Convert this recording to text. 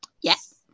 Yes